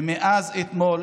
ומאז אתמול